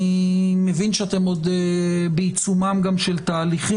אני מבין שאתם עוד בעיצומם של תהליכים,